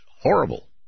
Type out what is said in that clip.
horrible